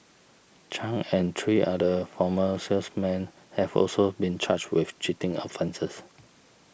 Chung and three other former salesmen have also been charged with cheating offences